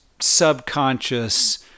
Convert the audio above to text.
subconscious